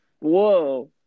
whoa